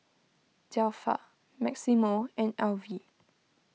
Zelpha Maximo and Alvy